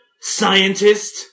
Scientist